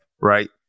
right